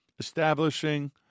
establishing